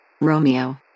Romeo